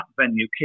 venue